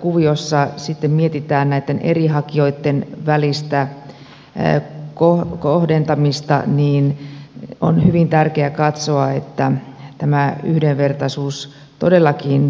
kuviossa sitten mietitään näitten eri hakijoitten välistä kohdentamista niin on hyvin tärkeää katsoa että tämä yhdenvertaisuus todellakin toteutuisi